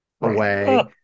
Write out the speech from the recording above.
away